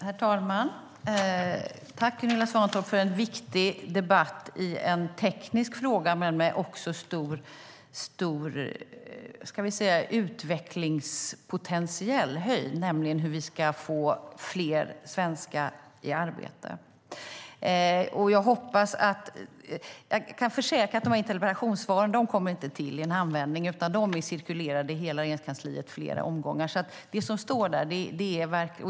Herr talman! Tack, Gunilla Svantorp, för en viktig debatt i en teknisk fråga som också har en, kan man säga, stor utvecklingspotential! Det handlar nämligen om hur vi ska få fler svenskar i arbete. Jag kan försäkra att interpellationssvaren inte kommer till i en handvändning, utan de är cirkulerade i hela Regeringskansliet i flera omgångar.